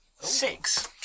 Six